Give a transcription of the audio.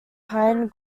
pine